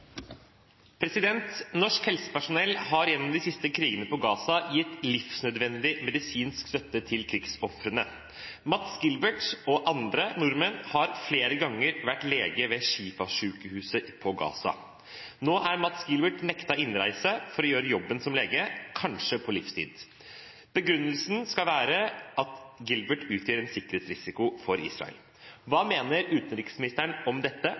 helsepersonell har gjennom de siste krigene i Gaza gitt livsnødvendig medisinsk støtte til krigsofrene. Mads Gilbert har flere ganger vært lege ved Shifa-sykehuset i Gaza. Nå er han nektet innreise for å gjøre jobben som lege, kanskje på livstid. Begrunnelsen skal være at Gilbert utgjør en sikkerhetsrisiko for Israel. Hva mener utenriksministeren om dette,